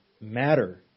matter